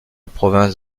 province